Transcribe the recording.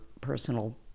personal